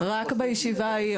רק בישיבה ההיא,